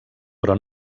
però